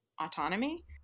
autonomy